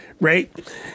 Right